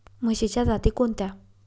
म्हशीच्या जाती कोणत्या?